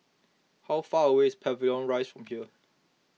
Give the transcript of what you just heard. how far away is Pavilion Rise from here